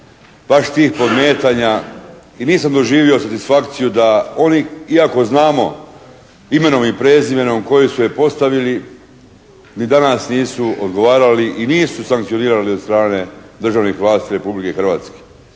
baš tih podmetanja i nisam doživio satisfakciju da oni iako znamo imenom i prezimenom koji su je postavili ni danas nisu odgovarali i nisu sankcionirani od strane državnih vlasti Republike Hrvatske.